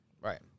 right